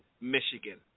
Michigan